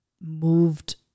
moved